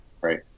right